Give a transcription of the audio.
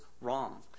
wrong